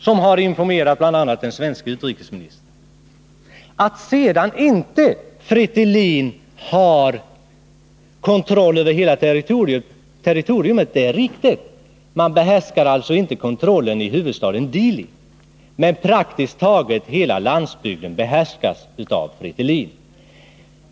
De har ju informerat bl.a. den svenske utrikesministern. Det är riktigt att Fretilin inte har kontroll över hela territoriet. Man behärskar inte huvudstaden Dili, men praktiskt taget hela landsbygden behärskas av Fretilin.